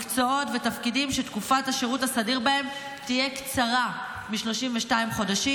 מקצועות ותפקידים שתקופת השירות הסדיר בהם תהיה קצרה מ-32 חודשים,